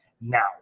Now